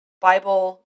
Bible